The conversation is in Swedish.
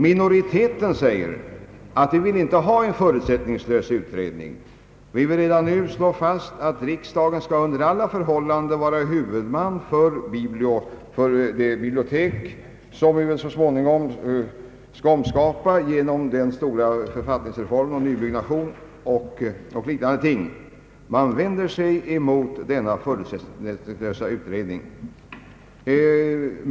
Minoriteten säger sig inte vilja ha en förutsättningslös utredning, utan vill redan nu slå fast att riksdagen under alla förhållanden skall vara huvudman för det bibliotek som vi så småningom skall omskapa med anledning av den stora författningsreformen, nybyggnation o.s.v. Minoriteten vänder sig således mot en förutsättningslös utredning.